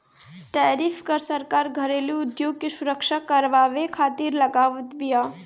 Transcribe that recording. tariff कर सरकार घरेलू उद्योग के सुरक्षा करवावे खातिर लगावत बिया